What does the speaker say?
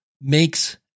makes